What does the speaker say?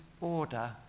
order